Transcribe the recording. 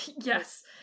Yes